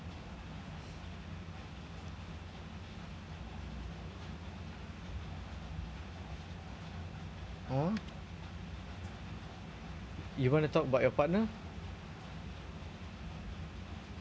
or you wanna talk about your partner